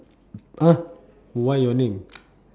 !huh! why your name